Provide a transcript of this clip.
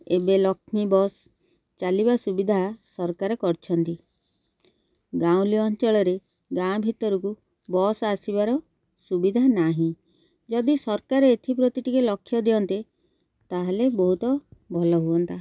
ଏବେ ଲକ୍ଷ୍ମୀ ବସ୍ ଚାଲିବା ସୁବିଧା ସରକାର କରିଛନ୍ତି ଗାଉଁଲି ଅଞ୍ଚଳରେ ଗାଁ ଭିତରକୁ ବସ୍ ଆସିବାର ସୁବିଧା ନାହିଁ ଯଦି ସରକାର ଏଥିପ୍ରତି ଟିକେ ଲକ୍ଷ୍ୟ ଦିଅନ୍ତେ ତାହେଲେ ବହୁତ ଭଲ ହୁଅନ୍ତା